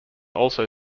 also